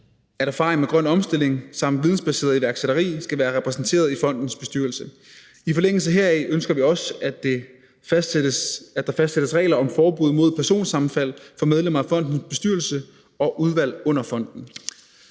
at erfaring med grøn omstilling samt vidensbaseret iværksætteri skal være repræsenteret i fondens bestyrelse. I forlængelse heraf ønsker vi også, at der fastsættes regler om forbud mod personsammenfald for medlemmer af fondens bestyrelse og udvalg under fonden.